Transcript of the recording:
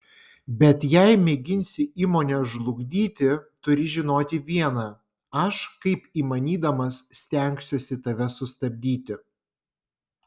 bet jei mėginsi įmonę žlugdyti turi žinoti viena aš kaip įmanydamas stengsiuosi tave sustabdyti